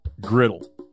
Griddle